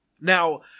Now